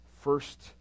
first